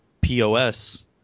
POS